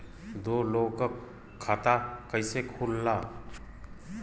दो लोगक खाता कइसे खुल्ला?